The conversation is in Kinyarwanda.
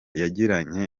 yagiranye